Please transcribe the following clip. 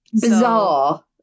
Bizarre